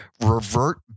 revert